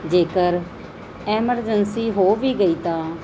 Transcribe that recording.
ਜੇਕਰ ਐਮਰਜੈਂਸੀ ਹੋ ਵੀ ਗਈ ਤਾਂ